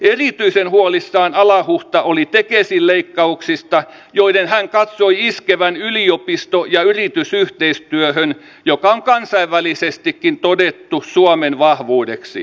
erityisen huolissaan alahuhta oli tekesin leikkauksista joiden hän katsoi iskevän yliopisto ja yritysyhteistyöhön joka on kansainvälisestikin todettu suomen vahvuudeksi